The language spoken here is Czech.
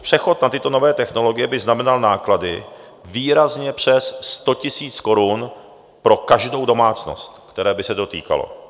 Přechod na tyto nové technologie by znamenal náklady výrazně přes 100 000 korun pro každou domácnost, které by se to týkalo.